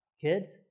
kids